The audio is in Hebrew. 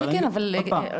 אבל עוד פעם,